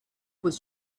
was